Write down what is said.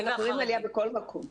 אנחנו רואים עלייה בכל מקום,